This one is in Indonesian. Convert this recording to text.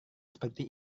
seperti